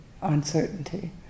uncertainty